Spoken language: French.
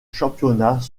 championnats